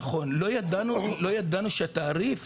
נכון, לא ידענו שהתעריף